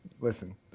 Listen